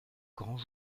grands